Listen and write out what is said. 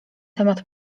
temat